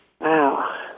Wow